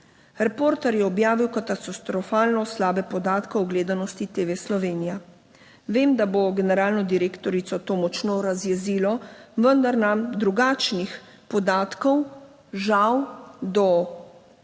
Reporter je objavil katastrofalno slabe podatke o gledanosti TV Slovenija. Vem, da bo generalno direktorico to močno razjezilo, vendar nam drugačnih podatkov žal do